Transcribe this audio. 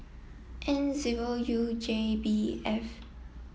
N zero U J B F